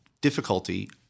difficulty